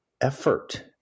effort